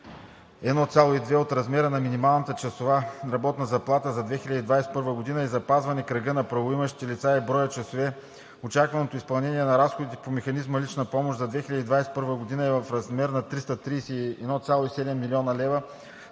1,2 от размера на минималната часова работна заплата за 2021 г. и запазване кръга на правоимащите лица и броя часове – очакваното изпълнение на разходите по механизма лична помощ за 2021 г. е в размер до 331,7 млн. лв.